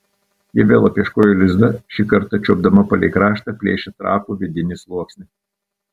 ji vėl apieškojo lizdą šį kartą čiuopdama palei kraštą plėšė trapų vidinį sluoksnį